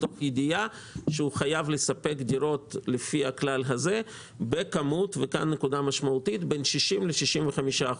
מתוך ידיעה שהוא חייב לספק דירות לפי הכלל הזה בכמות של בין 60% ל-65%,